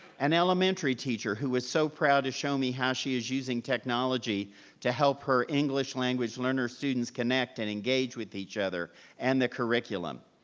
an elementary teacher who was so proud to show me how she is using technology to help her english language learner students connect and engage with each other and the curriculum.